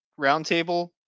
roundtable